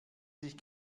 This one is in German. sich